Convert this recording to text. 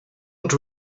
not